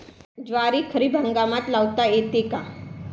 ज्वारी खरीप हंगामात लावता येते का?